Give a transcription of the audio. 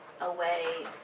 away